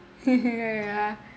ya ya